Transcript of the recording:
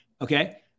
Okay